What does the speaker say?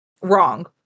wrong